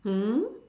mm